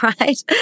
right